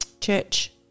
church